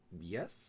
Yes